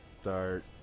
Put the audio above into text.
start